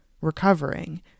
recovering